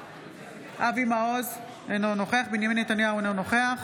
אבי מעוז, אינו נוכח בנימין נתניהו, אינו נוכח